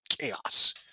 chaos